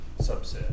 subset